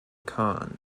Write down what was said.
khan